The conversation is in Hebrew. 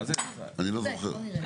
אני לא זוכר,